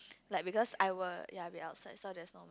like because I will ya be outside so there is no